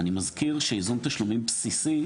אני מזכיר שייזום תשלומים בסיסי,